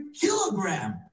kilogram